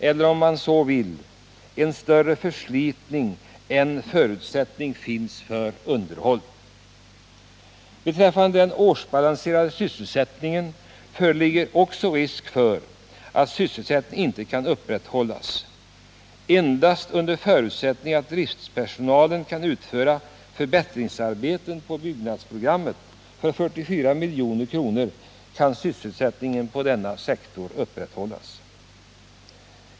Förslitningen blir alltså större än förutsättningarna att utföra underhållsarbeten. Det föreligger också risk för att sysselsättningen inte kan upprätthållas. Endast under förutsättning att driftspersonalen kan utföra förbättringsarbeten på byggandeprogrammet för 44 milj.kr. kan sysselsättningen på denna sektor upprätthållas.